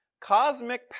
cosmic